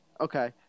Okay